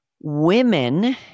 Women